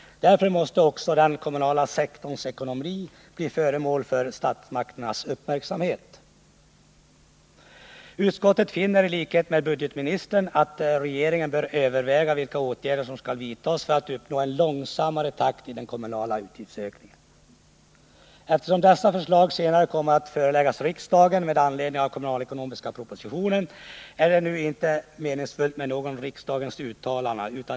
Därför måste också den kommunala sektorns ekonomi bli föremål för statsmakternas uppmärksamhet. Tlikhet med budgetministern finner utskottet att regeringen bör överväga vilka åtgärder som skall vidtas för att uppnå en långsammare takt i de kommunala utgiftsökningarna. Eftersom dessa förslag senare kommer att föreläggas riksdagen med anledning av den kommunalekonomiska propositionen, är det inte nu meningsfullt med något riksdagens uttalande.